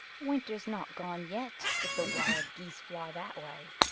winter's not gone yet, if the wild geese fly that way.